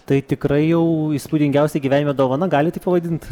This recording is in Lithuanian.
tai tikrai jau įspūdingiausia gyvenime dovana galit taip pavadint